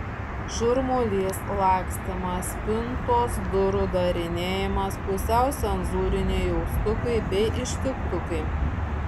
šurmulys lakstymas spintos durų darinėjimas pusiau cenzūriniai jaustukai bei ištiktukai